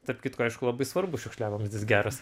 tarp kitko aišku labai svarbu šiukšliavamzdis geras